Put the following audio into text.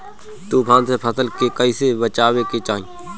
तुफान से फसल के कइसे बचावे के चाहीं?